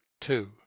two